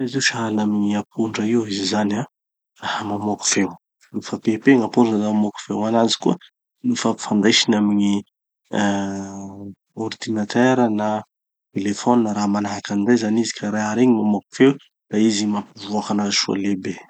Izy io sahala amy gn'aponga io zany an, mamoaky feo. Nofa bebe gny aponga da mamoaky feo. Gn'anazy koa nofa ampifandraisiny amin'ny ah ordinateur na téléphone na raha manahaky anizay zany izy ka raha regny mamoaky feo, da izy gny mampivoaky anazy soa lehibe.